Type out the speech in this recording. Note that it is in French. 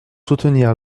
soutenir